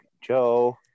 Joe